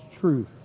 truth